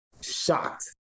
shocked